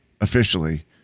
officially